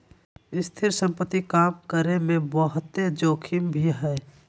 स्थिर संपत्ति काम करे मे बहुते जोखिम भी हय